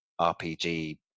RPG